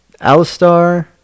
Alistar